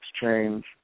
change